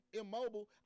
immobile